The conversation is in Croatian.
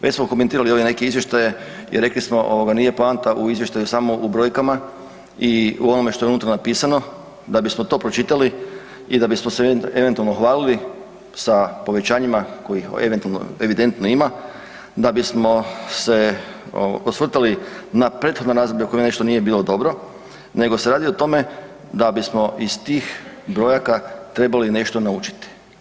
Već smo komentirali ovdje neke izvještaje i rekli smo ovoga nije poanta u izvještaju samo u brojkama i u ovome što je unutra napisano da bismo to pročitali i da bismo se eventualno hvalili sa povećanjima kojih evidentno ima, da bismo se osvrtali na prethodno razdoblje u kojem nešto nije bilo dobro, nego se radi o tome da bismo iz tih brojaka trebali nešto naučiti.